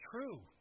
true